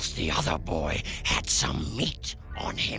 the other boy had some meat on him.